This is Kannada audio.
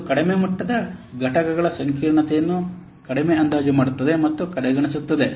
ಇದು ಕಡಿಮೆ ಮಟ್ಟದ ಘಟಕಗಳ ಸಂಕೀರ್ಣತೆಯನ್ನು ಕಡಿಮೆ ಅಂದಾಜು ಮಾಡುತ್ತದೆ ಮತ್ತು ಕಡೆಗಣಿಸುತ್ತದೆ